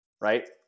right